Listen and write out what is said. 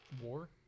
War